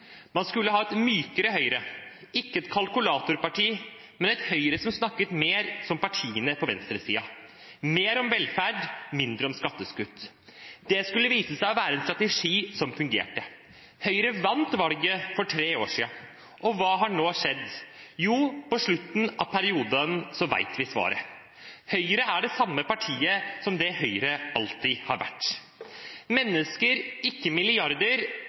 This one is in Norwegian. Man skulle ha et mykere Høyre – ikke et kalkulatorparti, men et Høyre som snakket mer som partiene på venstresiden: mer om velferd, mindre om skattekutt. Det skulle vise seg å være en strategi som fungerte. Høyre vant valget for tre år siden. Og hva har nå skjedd? Jo, på slutten av perioden vet vi svaret: Høyre er det samme partiet som det Høyre alltid har vært. «Mennesker, ikke milliarder»